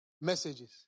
Messages